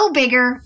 bigger